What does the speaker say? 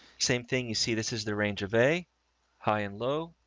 same thing you see, this is the range of a high and low.